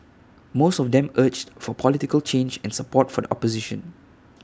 most of them urged for political change and support for the opposition